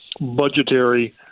budgetary